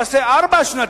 תעשה ארבע-שנתי.